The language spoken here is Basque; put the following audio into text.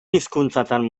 hizkuntzatan